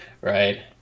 right